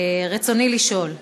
רצוני לשאול: